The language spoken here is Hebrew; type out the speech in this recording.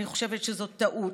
אני חושבת שזאת טעות.